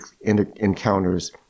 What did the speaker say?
encounters